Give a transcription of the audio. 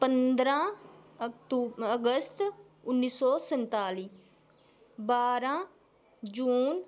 पदरां अक्तूब अगस्त उन्नीस सौ संताली बारां जून